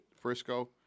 Frisco